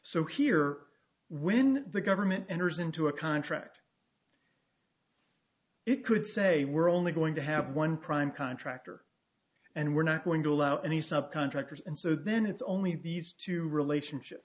so here when the government enters into a contract it could say we're only going to have one prime contractor and we're not going to allow any use of contractors and so then it's only these two relationship